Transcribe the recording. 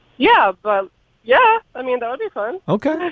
yeah but yeah i mean the um one. ok.